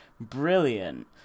brilliant